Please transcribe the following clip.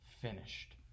finished